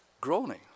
groaning